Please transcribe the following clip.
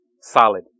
solid